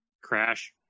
Crash